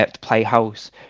Playhouse